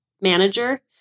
manager